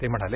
ते म्हणाले